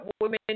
women